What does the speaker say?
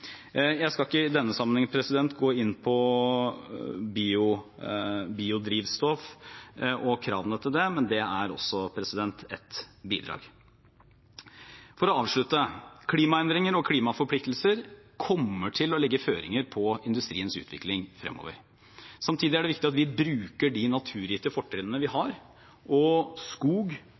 Jeg skal ikke i denne sammenheng gå inn på biodrivstoff og kravene til det, men det er også et bidrag. For å avslutte: Klimaendringer og klimaforpliktelser kommer til å legge føringer på industriens utvikling fremover. Samtidig er det viktig at vi bruker de naturgitte fortrinnene vi har. Skog, trevirke og